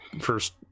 first